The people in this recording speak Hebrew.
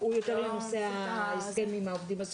כרגע אתה נמצא בחדר של אנשים שמאוד כועסים עליכם,